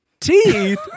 Teeth